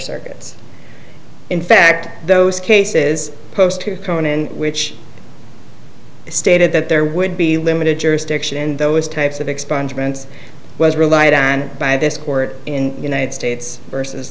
circuits in fact those cases post to conan which stated that there would be limited jurisdiction in those types of expungement was relied on by this court in united states versus